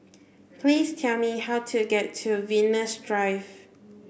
please tell me how to get to Venus Drive